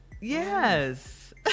Yes